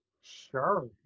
sure